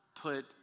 put